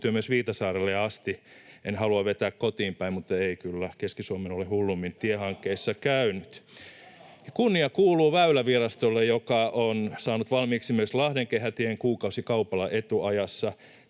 syntyy myös Viitasaarelle asti. En halua vetää kotiinpäin, mutta ei kyllä Keski-Suomen ole hullummin tiehankkeissa käynyt. [Sinuhe Wallinheimon välihuuto] Kunnia kuuluu Väylävirastolle, joka on saanut valmiiksi myös Lahden kehätien kuukausikaupalla etuajassa.